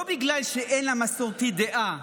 לא בגלל שאין למסורתי דעה,